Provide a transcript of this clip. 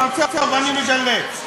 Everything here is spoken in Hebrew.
אני מדלג.